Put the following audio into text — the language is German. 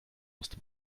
musste